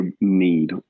need